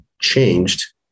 changed